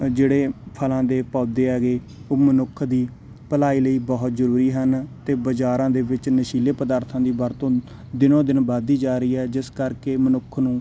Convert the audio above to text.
ਅ ਜਿਹੜੇ ਫ਼ਲਾਂ ਦੇ ਪੌਦੇ ਹੈਗੇ ਉਹ ਮਨੁੱਖ ਦੀ ਭਲਾਈ ਲਈ ਬਹੁਤ ਜ਼ਰੂਰੀ ਹਨ ਅਤੇ ਬਾਜ਼ਾਰਾਂ ਦੇ ਵਿੱਚ ਨਸ਼ੀਲੇ ਪਦਾਰਥਾਂ ਦੀ ਵਰਤੋ ਦਿਨੋ ਦਿਨ ਵੱਧਦੀ ਜਾ ਰਹੀ ਹੈ ਜਿਸ ਕਰਕੇ ਮਨੁੱਖ ਨੂੰ